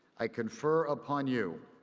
i confer upon you,